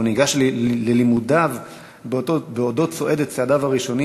והוא ניגש ללימודיו בעודו צועד את צעדיו הראשונים